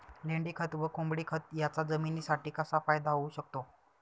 लेंडीखत व कोंबडीखत याचा जमिनीसाठी कसा फायदा होऊ शकतो?